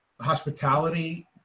Hospitality